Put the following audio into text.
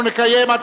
כן.